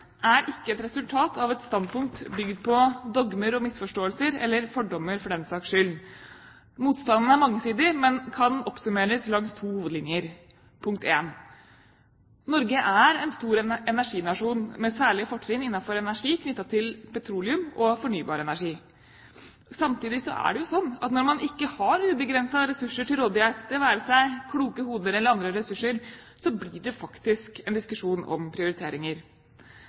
er ikke et resultat av et standpunkt bygd på dogmer og misforståelser, eller fordommer, for den saks skyld. Motstanden er mangesidig, men kan oppsummeres langs to hovedlinjer. Punkt én: Norge er en stor energinasjon med særlige fortrinn innenfor energi knyttet til petroleum og fornybar energi. Samtidig er det slik at når man ikke har ubegrensede ressurser til rådighet, det være seg kloke hoder eller andre ressurser, blir det faktisk en diskusjon om prioriteringer.